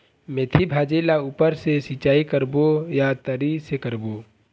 मेंथी भाजी ला ऊपर से सिचाई करबो या तरी से करबो?